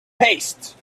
paste